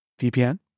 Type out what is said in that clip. VPN